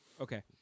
Okay